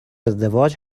ازدواج